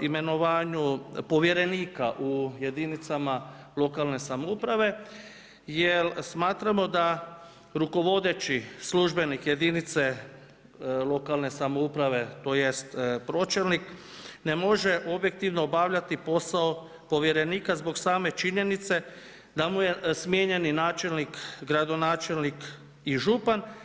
imenovanju povjerenika u jedinicama lokalne samouprave, jer smatramo da rukovodeći službenik jedinice lokalne samouprave, tj. pročelnik ne može objektivno obavljati posao povjerenika zbog same činjenice da mu je smijenjeni načelnik, gradonačelnik i župan.